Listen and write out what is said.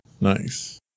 Nice